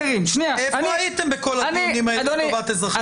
איפה הייתם בכל הדיונים האלה לטובת אזרחי ישראל?